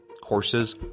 Courses